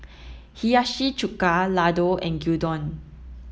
Hiyashi Chuka Ladoo and Gyudon